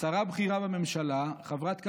שרה בכירה בממשלה, חברת קבינט,